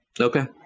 Okay